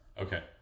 Okay